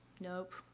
nope